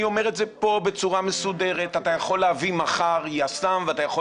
אני אומר את זה פה בצורה מסודרת: אתה יכול להביא מחר יס"מ ואתה יכול